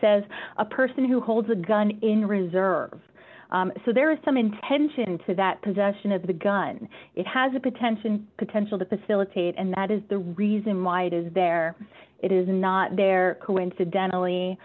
says a person who holds a gun in reserve so there is some intention to that possession of the gun it has a potential potential to facilitate and that is the reason why it is there it is not there coincidentally